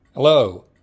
Hello